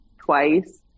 twice